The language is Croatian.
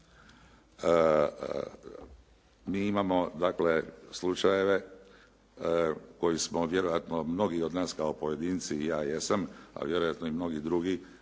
Mi imamo dakle slučajeve koje smo vjerojatno mnogi od nas kao pojedinci, i ja jesam, ali vjerojatno i mnogi drugi